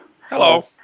Hello